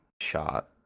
shot